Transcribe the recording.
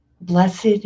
Blessed